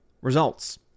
results